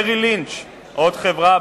"מריל לינץ'", עוד חברה